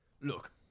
Look